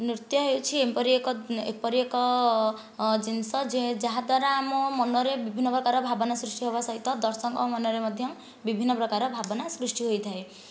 ନୃତ୍ୟ ହେଉଛି ଏପରି ଏକ ଏପରି ଏକ ଜିନିଷ ଯେ ଯାହାଦ୍ୱାରା ଆମ ମନରେ ବିଭିନ୍ନ ପ୍ରକାର ଭାବନା ସୃଷ୍ଟି ହେବା ସହିତ ଦର୍ଶକଙ୍କ ମନରେ ମଧ୍ୟ ବିଭିନ୍ନ ପ୍ରକାର ଭାବନା ସୃଷ୍ଟି ହୋଇଥାଏ